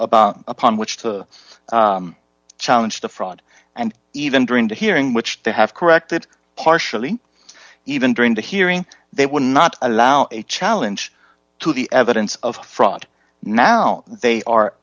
evidence upon which to challenge the fraud and even during the hearing which they have corrected partially even during the hearing they would not allow a challenge to the evidence of fraud now they are